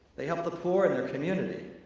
they help the poor in their community,